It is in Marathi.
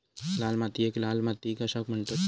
लाल मातीयेक लाल माती कशाक म्हणतत?